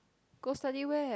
go study where